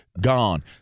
Gone